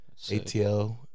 ATL